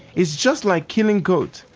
it's just like killing goats,